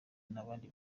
n’abandi